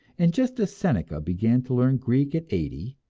and just as seneca began to learn greek at eighty,